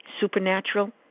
Supernatural